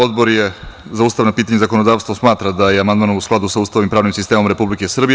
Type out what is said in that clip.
Odbor za ustavna pitanja i zakonodavstvo smatra da je amandman u skladu sa Ustavom i pravnim sistemom Republike Srbije.